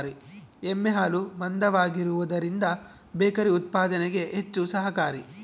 ಎಮ್ಮೆ ಹಾಲು ಮಂದವಾಗಿರುವದರಿಂದ ಬೇಕರಿ ಉತ್ಪಾದನೆಗೆ ಹೆಚ್ಚು ಸಹಕಾರಿ